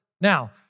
Now